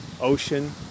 ocean